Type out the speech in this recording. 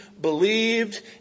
believed